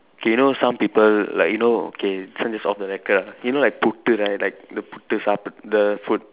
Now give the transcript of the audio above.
K know some people like you know okay this one is off the record ah you know like puttu right like the puttu saappadu the food